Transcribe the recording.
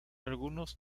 algunos